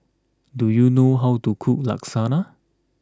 do you know how to cook lasagna